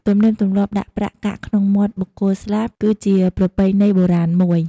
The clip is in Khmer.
ទំនៀមទំលាប់ដាក់ប្រាក់កាក់ក្នុងមាត់បុគ្គលស្លាប់ គឺជាប្រពៃណីបុរាណមួយ។